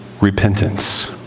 Repentance